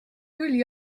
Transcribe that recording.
küll